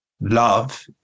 Love